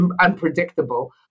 unpredictable